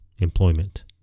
employment